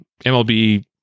MLB